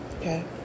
okay